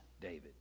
David